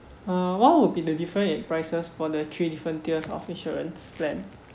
uh what would be the difference in prices for the three different tiers of insurance plan